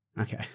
Okay